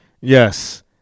Yes